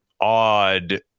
odd